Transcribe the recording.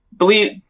believe